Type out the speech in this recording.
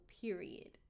period